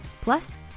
Plus